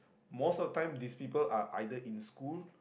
most of the time these people are either in school